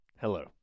hello